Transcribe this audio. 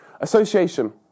Association